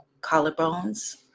collarbones